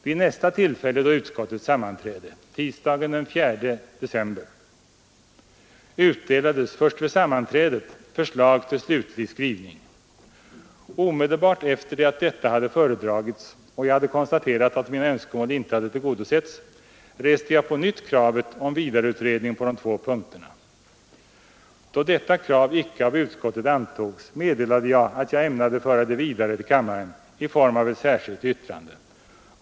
Vid nästa tillfälle då utskottet sammanträdde, tisdagen den 4 december, utdelades först vid sammanträdet förslag till slutlig skrivning. Omedelbart efter det att detta hade föredragits och jag hade konstaterat att mina önskemål inte hade tillgodosetts, reste jag på nytt kravet på vidareutredning på de två punkterna. Då detta krav icke av utskottet antogs meddelade jag, att jag ämnade föra det vidare till kammaren i form av ett särskilt yttrande.